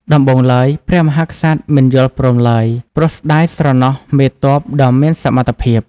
ដំបូងឡើយ ព្រះមហាក្សត្រមិនយល់ព្រមឡើយ ព្រោះស្ដាយស្រណោះមេទ័ពដ៏មានសមត្ថភាព។